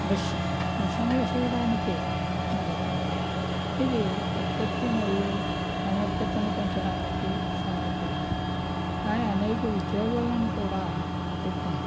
మెషి మిషన్లు చేయడానికి అనుమతించింది ఇది ఉత్పత్తి మరియు సామర్ధ్యతతను పెంచడానికి సహాయపడింది కానీ అనేక ఉద్యోగాలను కూడా కోల్పోయింది